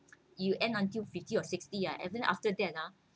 you end until fifty or sixty ah even after that ah